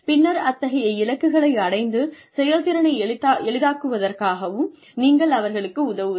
பின்னர் அத்தகைய இலக்குகளை அடைந்து செயல்திறனை எளிதாக்குவதற்காகவும் நீங்கள் அவர்களுக்கு உதவலாம்